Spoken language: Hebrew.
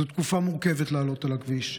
זו תקופה מורכבת לעלות על הכביש,